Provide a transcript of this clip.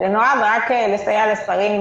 וסעיף (2)